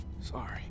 Sorry